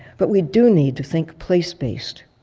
but we do need to think place-based,